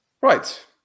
Right